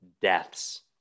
deaths